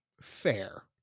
Fair